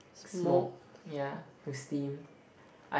smoke yeah with steam I